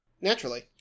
Naturally